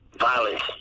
Violence